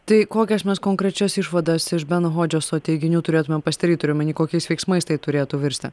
tai kokias mes konkrečias išvadas iš beno hodžeso teiginių turėtumėm pasidaryt turiu omeny kokiais veiksmais tai turėtų virsti